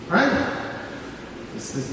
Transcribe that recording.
right